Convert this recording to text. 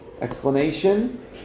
explanation